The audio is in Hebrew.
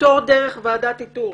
פטור דרך ועדת איתור,